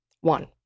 One